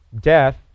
death